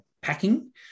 packing